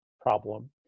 problem